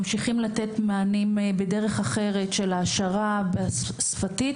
ממשיכים לתת מענים בדרך אחרת של העשרה שפתית.